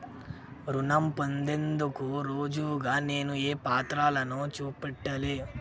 రుణం పొందేందుకు రుజువుగా నేను ఏ పత్రాలను చూపెట్టాలె?